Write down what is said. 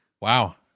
Wow